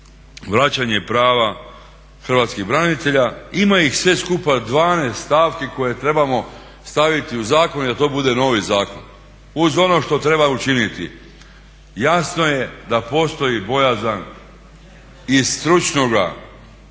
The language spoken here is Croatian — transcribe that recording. vraćanje prava hrvatskih branitelja. Ima ih sve skupa 12 stavki koje trebamo staviti u zakon i da to bude novi zakon uz ono što treba učiniti. Jasno je da postoji bojazan iz stručnoga,